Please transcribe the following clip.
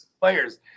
players